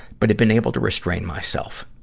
but have been able to restrain myself.